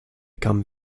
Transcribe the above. become